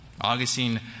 Augustine